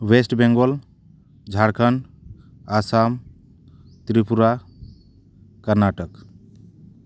West Bengal Jharkhand Assam Tripura Karnataka